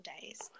days